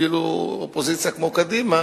אפילו אופוזיציה כמו קדימה,